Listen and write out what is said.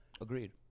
agreed